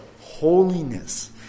holiness